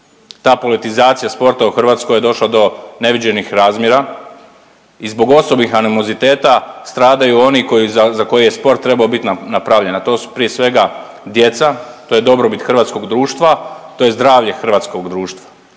Ta politizacija sporta u Hrvatskoj je došla do neviđenih razmjera i zbog osobnih animoziteta stradaju oni za koje je sport trebao bit napravljen, a to su prije svega djeca, to je dobrobit hrvatskog društva, to je zdravlje hrvatskog društva.